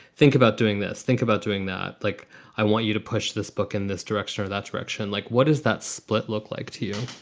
think about doing this. think about doing that. like i want you to push this book in this direction or that direction. like, what is that split look like to you?